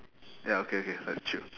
ya okay okay that's true